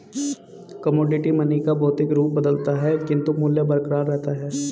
commodity money का भौतिक रूप बदलता है किंतु मूल्य बरकरार रहता है